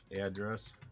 address